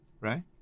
right